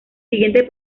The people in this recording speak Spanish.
siguiente